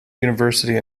university